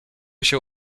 się